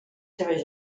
seves